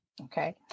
Okay